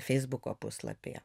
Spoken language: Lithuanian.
feisbuko puslapyje